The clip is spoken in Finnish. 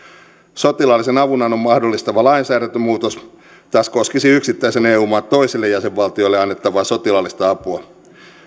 sotilaallisen avunannon mahdollistava lainsäädäntömuutos taas koskisi yksittäisen eu maan toisille jäsenvaltioille antamaa sotilaallista apua